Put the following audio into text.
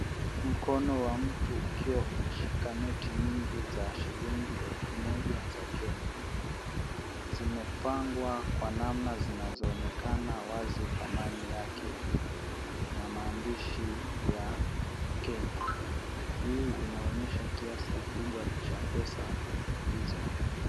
Mkono wa mtu ukiwa umeshika noti nyingi za shilingi elfu moja za Kenya zimepangwa kwa namna zinazoonekana wazi kama ni yake na mahandishi ya Kenya. Hii inaonyesha kiasi kikubwa cha pesa hizo.